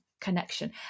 connection